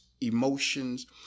emotions